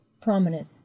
prominent